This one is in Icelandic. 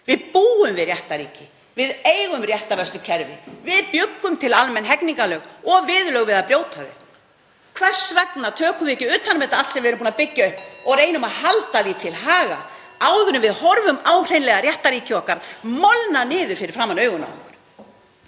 Við búum við réttarríki, við eigum réttarvörslukerfi, við bjuggum til almenn hegningarlög og viðurlög við að brjóta þau. Hvers vegna tökum við ekki utan um þetta allt sem við erum að byggja upp (Forseti hringir.) og reynum að halda því til haga áður en við horfum hreinlega á réttarríkið okkar molna niður fyrir framan augun á